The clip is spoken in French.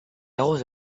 arrose